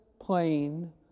plain